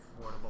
affordable